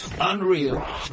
Unreal